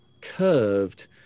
curved